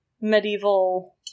medieval